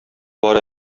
бар